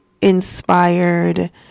inspired